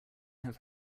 have